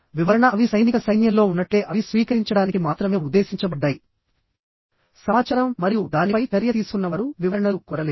వివరణ అవి సైనిక సైన్యంలో ఉన్నట్లే అవి స్వీకరించడానికి మాత్రమే ఉద్దేశించబడ్డాయి సమాచారం మరియు దానిపై చర్య తీసుకున్న వారు వివరణలు కోరలేరు